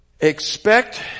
expect